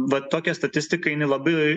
va tokia statistikai jinai labai